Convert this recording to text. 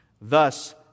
Thus